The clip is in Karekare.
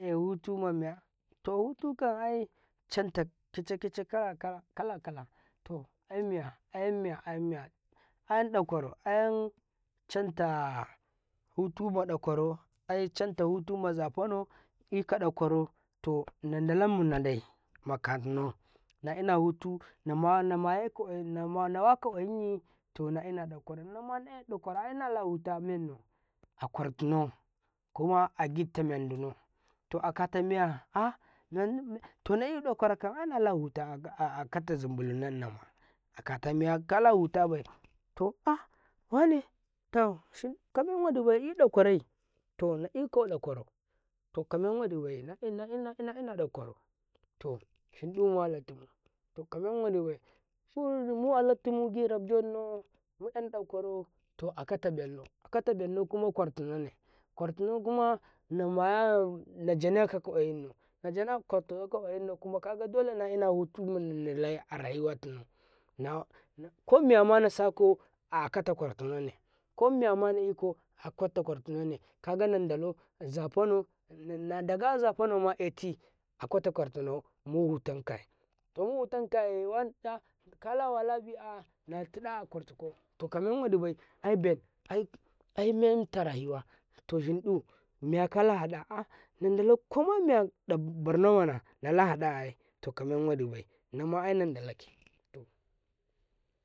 ﻿lewo tuma miya towutu kan ai canta kica kicakah kala kala to aimiya ayam miya ayam miya ayan daƙwaro ayan canta futu maɗaƙwaro ayan can ta futu maza fanau aika ɗaƙwaro to nan dala nadai akannau naina futuna mayika na maka ƙwayinyi to naina da ƙwara nama eai daƙwaro me bala futa mennau aƙwai tinaukuma agita mendinau to atamiya ah to nai daƙwara kan ainalafuta aaka tazim bulunnau nannam akata miyaka lafutabai to ah wane shindu kamen wadibai edaƙwar tikau to na ika daƙwarai to shin dumu walatim to kamen wadibai to muwa latum girawa gennu muen ɗaƙwaro akata nennu ku mma ƙwar tinane ƙwatina kuma na mayan kuma naJanaka ka ƙwayinnau na jana ƙwartinau kaƙwayinnau kuma dole nala ina futu arayuwa tinau nana kumiyama nasakau komiyama naikau a'akata ƙwar tinane mike nandalau zafanau ƙwar tinau akata ƙwar tinau mufutan kau to mufutan ka aye ka la wala bi natiɗa aƙwar tikau ka men waɗibai aibenu aimen ta rayuwa to shin ƙu miyakala haɗa ahnan ɗala koma miya barno mana nala haɗa ai tokamen wadibai nama ai nan dolake to.